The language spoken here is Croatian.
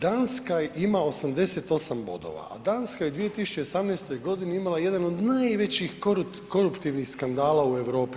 Danska ima 88 bodova, a Danska je u 2018. godini imala jedan od najvećih koruptivnih skandala u Europi.